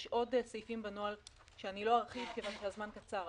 יש עוד סעיפים בנוהל שאני לא ארחיב כיוון שהזמן קצר,